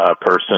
person